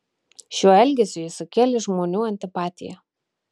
šiuo elgesiu jis sukėlė žmonių antipatiją